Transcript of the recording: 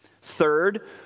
Third